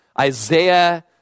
Isaiah